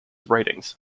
writings